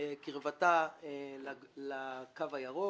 קרבתה לקו הירוק